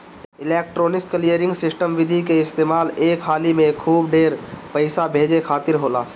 electronic clearing system विधि के इस्तेमाल एक हाली में खूब ढेर पईसा भेजे खातिर होला